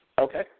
Okay